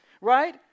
Right